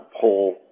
pull